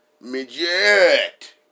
midget